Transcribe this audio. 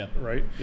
right